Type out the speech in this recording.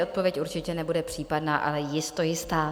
Odpověď určitě nebude případná, ale jisto jistá.